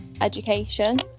education